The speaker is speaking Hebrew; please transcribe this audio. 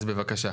אז בבקשה,